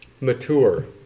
mature